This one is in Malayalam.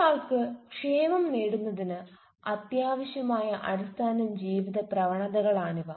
ഒരാൾക്ക് ക്ഷേമം നേടുന്നതിന് അത്യാവശ്യമായ അടിസ്ഥാന ജീവിത പ്രവണതകളാണ് ഇവ